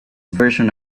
version